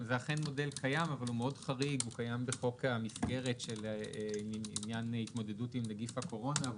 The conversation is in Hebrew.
הוא מאוד חריג קיים בחוק המסגרת של התמודדות עם נגיף הקורונה.